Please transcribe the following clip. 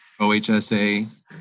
OHSA